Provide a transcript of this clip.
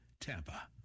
TAMPA